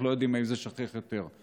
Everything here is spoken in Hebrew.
אנחנו לא יודעים איזה שכיח יותר.